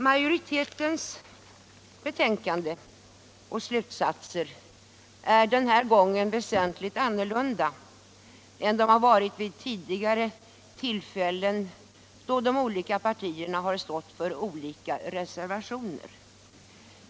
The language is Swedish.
Majoritetens betänkande och slutsatser är denna gång väsentligt annorlunda mot vad de har varit vid tidigare tillfällen, då de olika partierna har stått för olika reservationer.